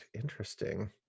Interesting